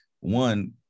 one